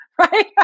right